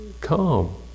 calm